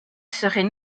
serait